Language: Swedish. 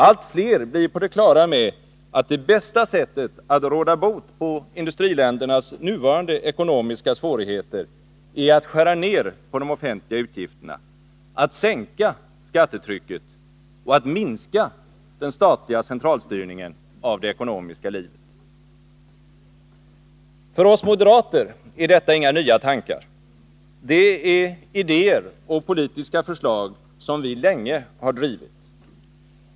Allt fler blir på det klara med att det bästa sättet att råda bot på industriländernas nuvarande ekonomiska svårigheter är att skära ned på de offentliga utgifterna, att sänka skattetrycket och att minska den statliga centralstyrningen av det ekonomiska livet. För oss moderater är detta inga nya tankar. Det är idéer och politiska förslag som vi länge har drivit.